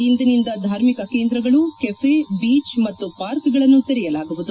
ಇಂದಿನಿಂದ ಧಾರ್ಮಿಕ ಕೇಂದ್ರಗಳು ಕೆಫೆ ಬೀಚ್ ಮತ್ತು ಪಾರ್ಕ್ಗಳನ್ನು ತೆರೆಯಲಾಗುವುದು